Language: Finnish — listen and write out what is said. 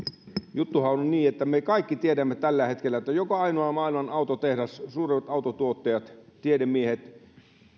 juttuhan on niin että me kaikki tiedämme tällä hetkellä että joka ainoa maailman autotehdas suurimmat autontuottajat tiedemiehet